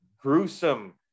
gruesome